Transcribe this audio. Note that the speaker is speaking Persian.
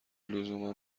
لزوما